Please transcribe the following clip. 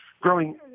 growing